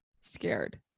scared